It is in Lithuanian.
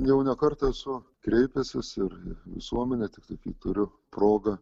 jau ne kartą esu kreipęsis ir į visuomenę tiktai kai turiu progą